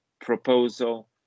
proposal